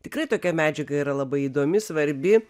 tikrai tokia medžiaga yra labai įdomi svarbi